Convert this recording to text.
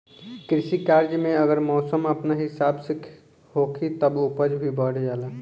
कृषि कार्य में अगर मौसम अपना हिसाब से होखी तब उपज भी बढ़ जाला